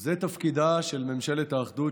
זה תפקידה של ממשלה האחדות,